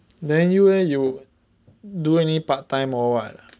then you eh you do any part time or what